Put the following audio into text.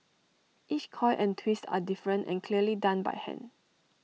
each coil and twist are different and clearly done by hand